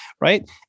right